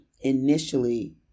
initially